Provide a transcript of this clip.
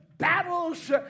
battles